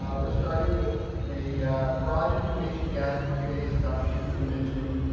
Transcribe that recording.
um we're starting with a broad information gathering phase is dr. tumminia mentioned,